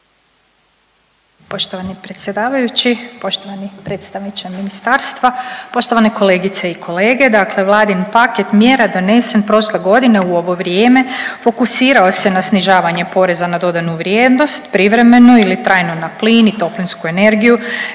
Poštovani predsjedavajući, poštovani predstavniče ministarstva, poštovane kolegice i kolege. Dakle Vladin paket mjera donesen prošle godine u ovo vrijeme fokusirao se na snižavanje PDV-a, privremeno ili trajno na plin i toplinsku energiju,